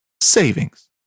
savings